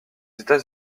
états